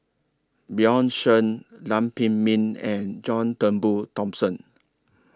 Bjorn Shen Lam Pin Min and John Turnbull Thomson